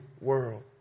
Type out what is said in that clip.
world